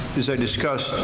as i discussed